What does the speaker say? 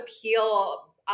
appeal